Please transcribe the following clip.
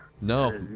No